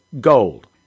gold